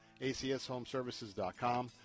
acshomeservices.com